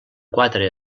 quatre